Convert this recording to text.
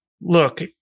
Look